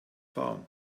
fahren